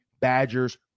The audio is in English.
Badgers